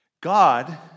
God